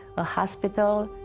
a hospital.